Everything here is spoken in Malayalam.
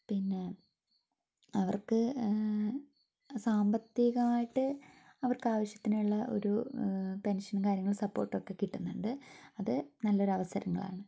പിന്നെ അവർക്ക് സാമ്പത്തികമായിട്ട് അവർക്ക് ആവശ്യത്തിനുള്ള ഒരു പെൻഷനും കാര്യങ്ങളും സപ്പോർട്ടും ഒക്കെ കിട്ടുന്നുണ്ട് അത് നല്ലൊരു അവസരങ്ങളാണ്